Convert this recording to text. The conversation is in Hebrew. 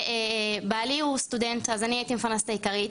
ובעלי הוא סטודנט אז אני הייתי המפרנסת העיקרית,